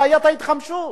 בעיית ההתחמשות?